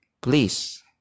please